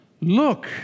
Look